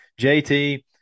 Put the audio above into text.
JT